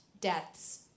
death's